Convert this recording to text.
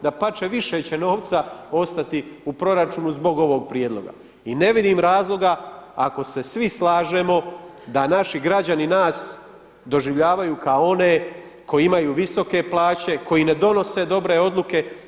Dapače, više će novca ostati u proračunu zbog ovog prijedloga i ne vidim razloga ako se svi slažemo da naši građani nas doživljavaju kao one koji imaju visoke plaće, koji ne donose dobre odluke.